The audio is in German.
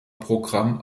programm